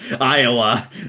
Iowa